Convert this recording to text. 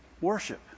Worship